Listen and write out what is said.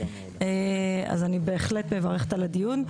אז אני בהחלט מברכת על הדיון.